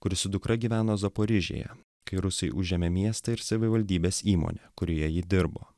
kuri su dukra gyveno zaporižėje kai rusai užėmė miestą ir savivaldybės įmonė kurioje ji dirbo